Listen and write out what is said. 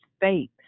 faith